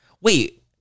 Wait